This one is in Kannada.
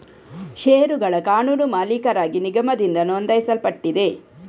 ಷೇರುಗಳ ಕಾನೂನು ಮಾಲೀಕರಾಗಿ ನಿಗಮದಿಂದ ನೋಂದಾಯಿಸಲ್ಪಟ್ಟಿದೆ